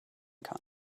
kann